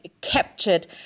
captured